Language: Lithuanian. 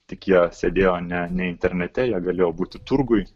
tik jie sėdėjo ne ne internete jie galėjo būti turguj